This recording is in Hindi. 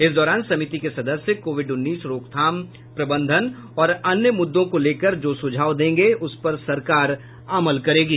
इस दौरान समिति के सदस्य कोविड उन्नीस रोकथाम प्रबंधन और अन्य मुद्दों को लेकर जो सुझाव देंगे उस पर सरकार अमल करेगी